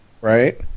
right